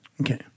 Okay